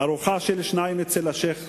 ארוחה של שניים אצל השיח'